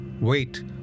Wait